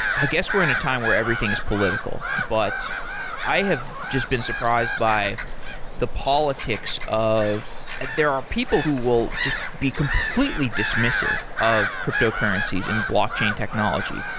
i guess we're in a time where everything is political. but i have just been surprised by the politics of there are people who will just be completely dismissive of cryptocurrencies in blockchain technology.